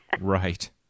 Right